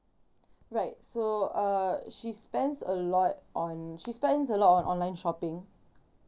right so uh she spends a lot on she spends a lot on online shopping